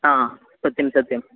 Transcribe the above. हा सत्यं सत्यम्